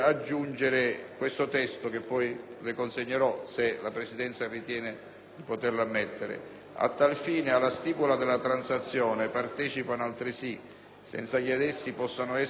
«A tal fine, alla stipula della transazione partecipano altresì, senza che ad essi possano essere imputati oneri connessi alla bonifica, al ripristino e al risanamento del danno ambientale,